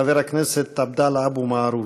חבר הכנסת עבדאללה אבו מערוף.